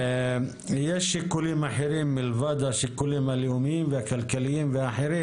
יש שיקולים אחרים מלבד השיקולים הלאומיים והכלכליים והאחרים.